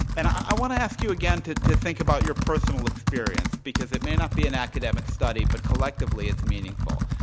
and i want to ask you again to to think about your personal experience because it may not be an academic study but collectively it's meaningful.